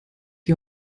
die